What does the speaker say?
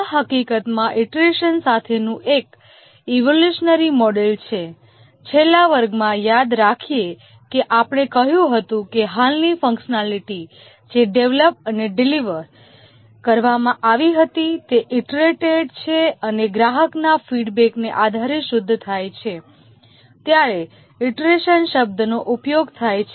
આ હકીકતમાં ઇટરેશન સાથેનું એક ઈવોલ્યુશનરી મોડેલ છે છેલ્લા વર્ગમાં યાદ રાખીએ કે આપણે કહ્યું હતું કે હાલની ફંકશનાલિટી જે ડેવલપ અને ડિલિવર કરવામાં આવી હતી તે ઇટરેટેડ છે અને ગ્રાહકના ફીડબેકના આધારે શુદ્ધ થાય છે ત્યારે ઇટરેશન શબ્દનો ઉપયોગ થાય છે